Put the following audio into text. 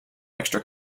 extra